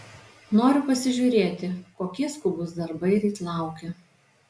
noriu pasižiūrėti kokie skubūs darbai ryt laukia